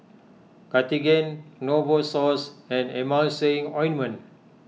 Cartigain Novosource and Emulsying Ointment